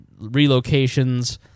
relocations